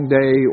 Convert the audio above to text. day